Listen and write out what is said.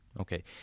Okay